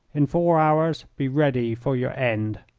in four hours be ready for your end.